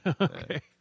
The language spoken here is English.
Okay